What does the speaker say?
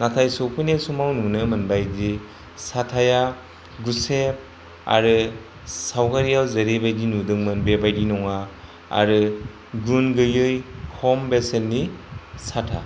नाथाय सौफैनाय समाव नुनो मोनबायदि साथाया गुसेब आरो सावगारियाव जेरैबादि नुदोंमोन बेबादि नङा आरो गुन गैयै खम बेसेननि साथा